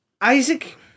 Isaac